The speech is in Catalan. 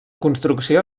construcció